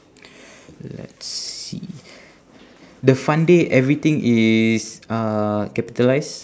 let's see the fun day everything is uh capitalised